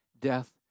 death